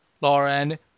Lauren